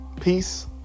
Peace